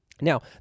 Now